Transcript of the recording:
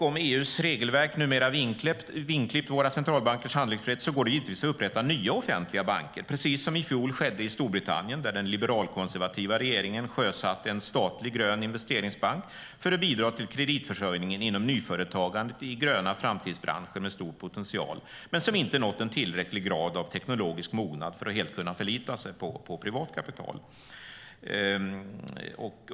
Om EU:s regelverk numera har vingklippt våra centralbankers handlingsfrihet går det givetvis att upprätta nya offentliga banker, precis som skedde i fjol i Storbritannien, där den liberalkonservativa regeringen sjösatte en statlig grön investeringsbank för att bidra till kreditförsörjningen inom nyföretagandet i gröna framtidsbranscher med stor potential som inte hade nått en tillräcklig grad av teknologisk mognad för att helt kunna förlita sig på privat kapital.